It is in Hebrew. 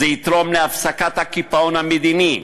זה יתרום להפסקת הקיפאון המדיני,